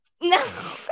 No